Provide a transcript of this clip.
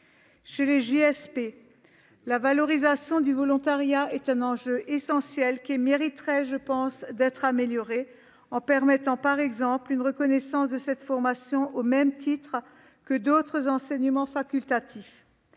la valorisation du volontariat est un enjeu essentiel qui mérite d'être amélioré, en permettant par exemple une reconnaissance de cette formation au même titre que d'autres enseignements facultatifs.